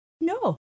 no